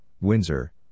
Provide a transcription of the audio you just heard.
Windsor